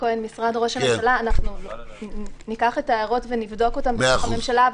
אנחנו ניקח את ההערות ונבדוק אותן בתוך הממשלה,